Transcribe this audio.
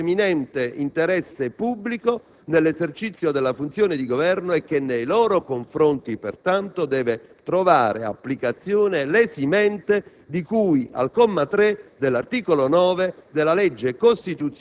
per il perseguimento di un preminente interesse pubblico nell'esercizio della funzione di governo e che pertanto, nei loro confronti, deve trovare applicazione l'esimente di cui al comma 3